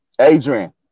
Adrian